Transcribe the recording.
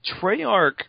Treyarch